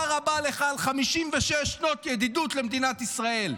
רבה לך על 56 שנות ידידות למדינת ישראל?